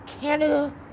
Canada